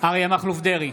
אריה מכלוף דרעי,